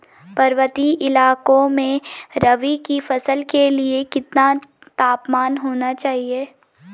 पर्वतीय इलाकों में रबी की फसल के लिए कितना तापमान होना चाहिए?